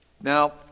Now